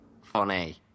funny